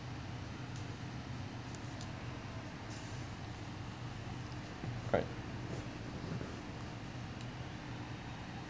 quite